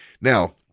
Now